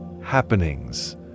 happenings